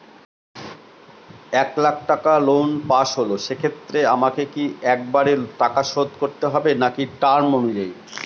এক লাখ টাকা loan pass হল সেক্ষেত্রে আমাকে কি একবারে টাকা শোধ করতে হবে নাকি টার্ম অনুযায়ী?